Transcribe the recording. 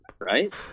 Right